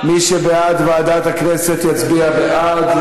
מי שבעד ועדת הכנסת, יצביע בעד.